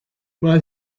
mae